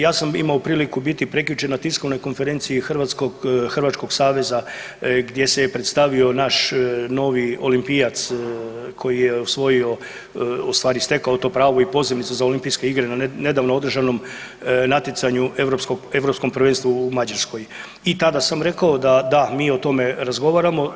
Ja sam imao priliku biti prekjučer na tiskovnoj konferenciji Hrvačkog saveza gdje se je predstavio naš novi olimpijac koji je osvojio odnosno stekao to pravo i pozivnicu na Olimpijske igre na nedavno održanom natjecanju Europskom prvenstvu u Mađarskoj i tada sam rekao da da mi o tome razgovaramo.